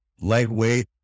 Lightweight